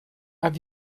have